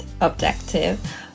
objective